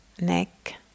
neck